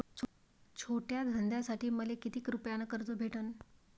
छोट्या धंद्यासाठी मले कितीक रुपयानं कर्ज भेटन?